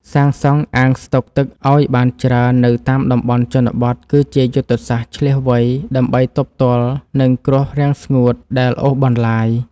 សាងសង់អាងស្តុកទឹកឱ្យបានច្រើននៅតាមតំបន់ជនបទគឺជាយុទ្ធសាស្ត្រឈ្លាសវៃដើម្បីទប់ទល់នឹងគ្រោះរាំងស្ងួតដែលអូសបន្លាយ។